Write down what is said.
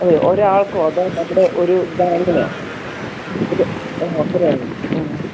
ഓ ഒരാൾക്കോ അതോ നമ്മുടെ ഒരു ഇതാളിനോ ഓ അത്രയാകുമോ